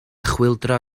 chwyldro